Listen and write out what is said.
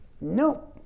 No